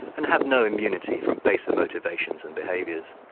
and have no immunity from baser motivations and behaviours.